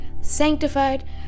sanctified